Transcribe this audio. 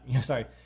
sorry